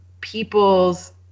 people's